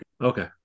Okay